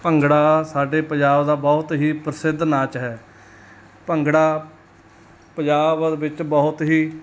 ਭੰਗੜਾ ਸਾਡੇ ਪੰਜਾਬ ਦਾ ਬਹੁਤ ਹੀ ਪ੍ਰਸਿੱਧ ਨਾਚ ਹੈ ਭੰਗੜਾ ਪੰਜਾਬ ਵਿੱਚ ਬਹੁਤ ਹੀ